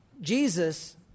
Jesus